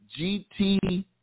GT